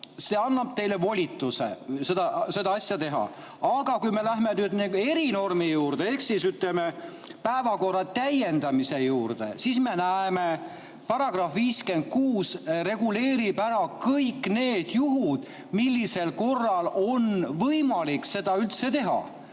See annab teile volituse seda asja teha. Aga kui me läheme erinormi juurde ehk päevakorra täiendamise juurde, siis me näeme, et § 56 reguleerib ära kõik need juhud, mille korral on üldse võimalik seda teha.